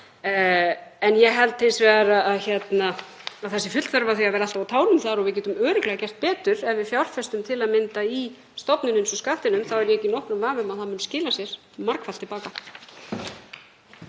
Ég held hins vegar að full þörf sé á því að vera alltaf á tánum þar og við getum örugglega gert betur. Ef við fjárfestum til að mynda í stofnun eins og Skattinum er ég ekki í nokkrum vafa um að það mun skila sér margfalt til baka.